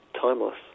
timeless